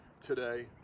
today